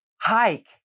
Hike